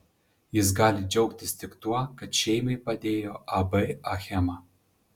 jis gali džiaugtis tik tuo kad šeimai padėjo ab achema